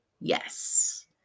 Yes